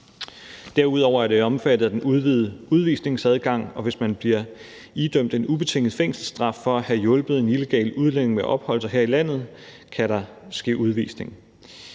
Derudover er det omfattet af den udvidede udvisningsadgang, og hvis man bliver idømt en ubetinget fængselsstraf for at have hjulpet en illegal udlænding med at opholde sig her i landet, kan der ske udvisning,